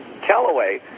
Callaway